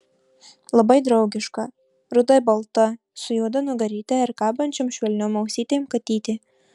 labai draugiška rudai balta su juoda nugaryte ir kabančiom švelniom ausytėm katytė